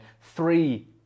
Three